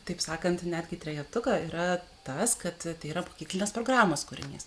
taip sakant netgi trejetuką yra tas kad tai yra mokyklinės programos kūrinys